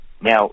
Now